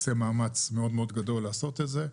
עושה מאמץ מאוד מאוד גדול לעשות את זה.